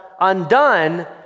undone